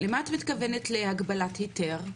למה את מתכוונת להגבלת היתר?